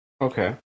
Okay